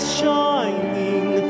shining